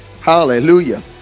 hallelujah